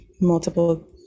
multiple